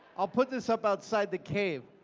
i'll put this up outside the cave.